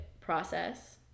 process